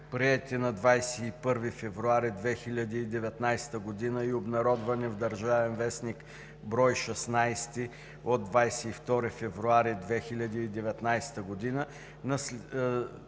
на 21 февруари 2019 г. и обнародвани в „Държавен вестник“, бр. 16 от 22 февруари 2019 г., за